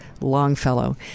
Longfellow